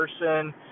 person